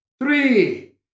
three